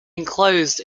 enclosed